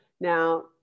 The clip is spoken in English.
Now